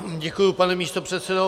Děkuji, pane místopředsedo.